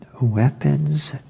weapons